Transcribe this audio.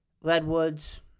Redwoods